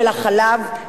החלב,